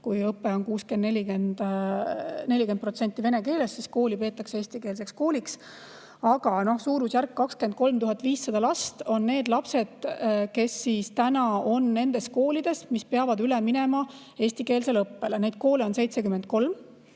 Kui õpe on 40% protsenti vene keeles, siis kooli peetakse eestikeelseks kooliks. Aga suurusjärgus 23 500 on selliseid lapsi, kes on nendes koolides, mis peavad üle minema eestikeelsele õppele. Neid koole on üle